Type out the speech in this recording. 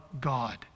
God